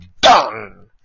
done